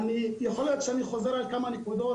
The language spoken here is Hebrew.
יכול להיות שאני חוזר על כמה נקודות,